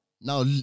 Now